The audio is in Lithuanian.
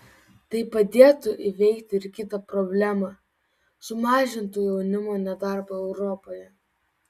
tai padėtų įveikti ir kitą problemą sumažintų jaunimo nedarbą europoje